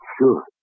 sure